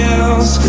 else